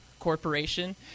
Corporation